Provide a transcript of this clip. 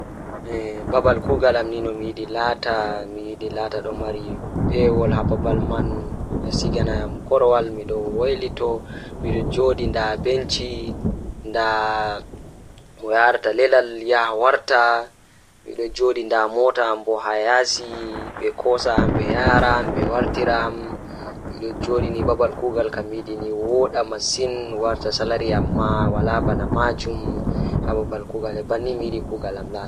Baaba am mawnde no waɗiima ko leydi gooto mi waɗataa ngoodi no mi yiɗi, njooɗaade e haɗe faa njogu heɓde bonannde e adunaaji. No waɗiima ko miɗo waɗataa hoore nder wuttude faa mi waɗataa nder yeeɓde njogooji ɗi heɓɗi ñaawdi e njangu